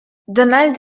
donald